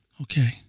Okay